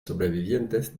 sobrevivientes